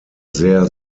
sehr